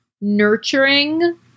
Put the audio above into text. nurturing